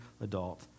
adult